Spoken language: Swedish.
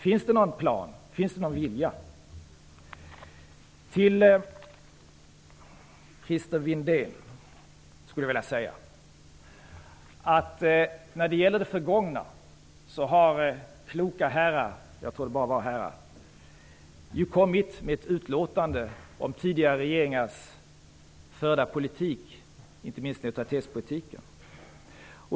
Finns det någon plan? Finns det någon vilja? Till Christer Windén skulle jag vilja säga att kloka herrar -- jag tror att det bara var herrar -- har kommit med utlåtanden om tidigare regeringars förda politik, inte minst neutralitetspolitiken.